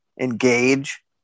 engage